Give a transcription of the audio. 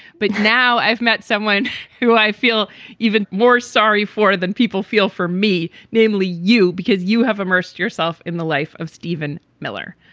but now i've met someone who i feel even more sorry for than people feel for me, namely you, because you have immerse yourself in the life of stephen miller.